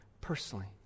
personally